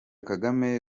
kagame